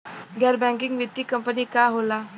गैर बैकिंग वित्तीय कंपनी का होला?